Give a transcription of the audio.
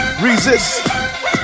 resist